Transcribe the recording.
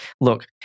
look